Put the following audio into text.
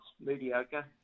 mediocre